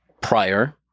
prior